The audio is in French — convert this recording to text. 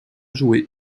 joué